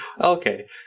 Okay